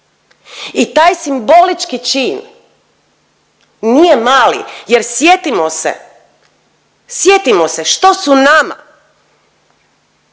I taj simbolički čin nije mali, jer sjetimo se, sjetimo se što su nama